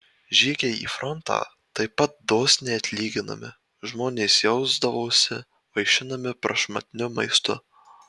žygiai į frontą taip pat dosniai atlyginami žmonės jausdavosi vaišinami prašmatniu maistu